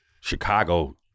Chicago